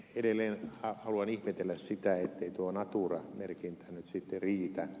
edelleen haluan ihmetellä sitä ettei tuo natura merkintä nyt sitten riitä